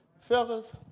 Fellas